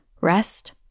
Rest